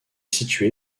située